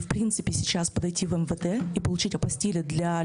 רוצה לחזור על